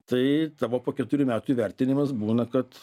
tai tavo po keturių metų įvertinimas būna kad